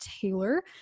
Taylor